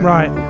Right